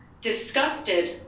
disgusted